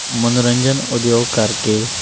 ਮਨੋਰੰਜਨ ਉਦਯੋਗ ਕਰਕੇ